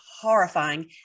horrifying